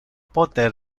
pote